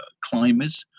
climbers